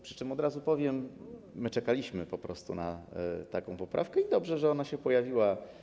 Przy tym od razu powiem: my czekaliśmy po prostu na taką poprawkę i dobrze, że ona się pojawiła.